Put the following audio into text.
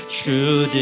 true